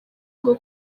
bwo